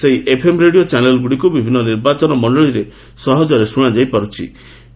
ସେହି FM radio ଚାନେଲ୍ଗୁଡ଼ିକୁ ବିଭିନ୍ନ ନିର୍ବାଚନ ମଣ୍ଡଳୀରେ ସହଜରେ ଶ୍ରଣାଯାଇପାର୍ଚ୍ଚ